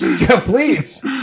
please